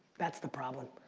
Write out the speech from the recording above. that's the problem.